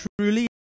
truly